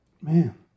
man